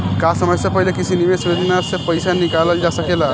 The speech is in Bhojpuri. का समय से पहले किसी निवेश योजना से र्पइसा निकालल जा सकेला?